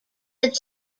that